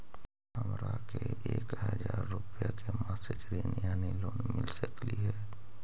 हमरा के एक हजार रुपया के मासिक ऋण यानी लोन मिल सकली हे?